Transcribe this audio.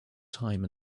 time